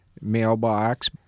mailbox